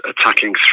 attacking